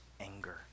anger